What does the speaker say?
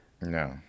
No